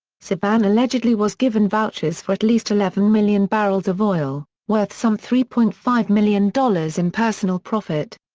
sevan allegedly was given vouchers for at least eleven million barrels of oil, worth some three point five million dollars in personal profit.